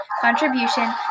contribution